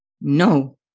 No